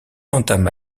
entame